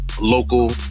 local